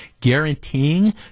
guaranteeing